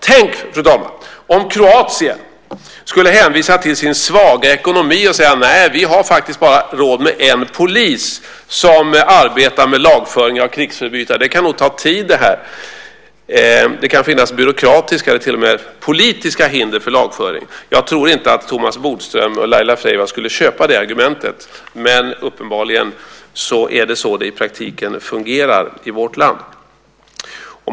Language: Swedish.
Tänk, fru talman, om Kroatien skulle hänvisa till sin svaga ekonomi och säga: Nej, vi har bara råd med en polis som arbetar med lagföring av krigsförbrytare, och det kan nog ta tid det här - det kan finnas byråkratiska eller till och med politiska hinder för lagföring. Jag tror inte att Thomas Bodström och Laila Freivalds skulle köpa det argumentet, men uppenbarligen är det så det i praktiken fungerar i vårt land.